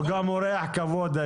אין שטחים חומים.